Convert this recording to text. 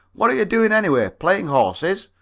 what are you doing, anyway playing horses?